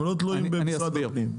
הם לא תלויים במשרד הפנים.